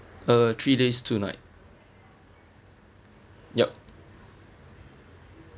uh three days two night yup